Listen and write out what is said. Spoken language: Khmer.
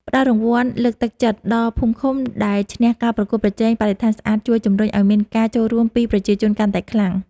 ផ្ដល់រង្វាន់លើកទឹកចិត្តដល់ភូមិឃុំដែលឈ្នះការប្រកួតប្រជែងបរិស្ថានស្អាតជួយជម្រុញឱ្យមានការចូលរួមពីប្រជាជនកាន់តែខ្លាំង។